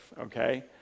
Okay